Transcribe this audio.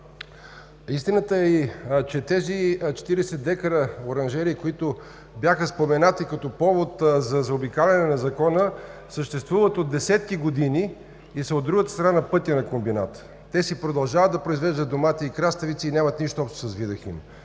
Истината е, че тези 40 дка оранжерии, които бяха споменати като повод за заобикаляне на Закона, съществуват от десетки години и са от другата страна на пътя на комбината. Те продължават да произвеждат домати и краставици и нямат нищо общо с „Видахим“.